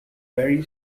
very